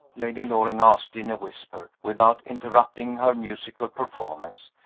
lady loring asked in a whisper, without interrupting her musical performance.